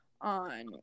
on